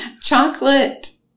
chocolate